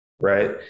Right